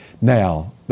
Now